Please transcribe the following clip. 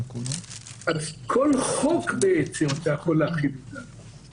אז כל חוק בעצם אתה יכול להחיל את זה עליו.